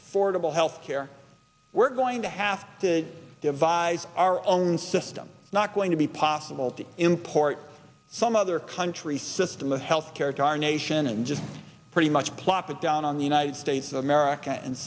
affordable health care we're going to have to devise our own system not going to be possible to import some other countries system of health care to our nation and just pretty much plop it down on the united states of america and